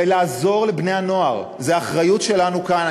ולעזור לבני-הנוער, זו האחריות שלנו כאן.